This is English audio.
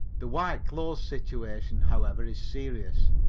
the white clothes situation, however, is serious.